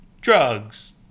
drugs